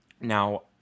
Now